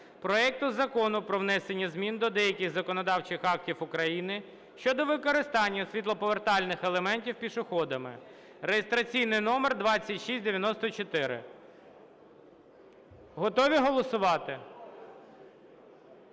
проекту Закону про внесення змін до деяких законодавчих актів України щодо використання світлоповертальних елементів пішоходами (реєстраційний номер 2694). Готові голосувати?